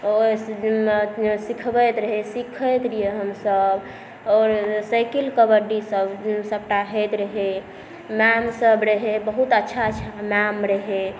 ओ सिखबैत रहै सिखैत रहिए हमसब आओर साइकिल कबड्डी सब सबटा होइत रहै मैम सब रहै बहुत अच्छा अच्छा मैम रहै